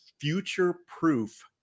future-proof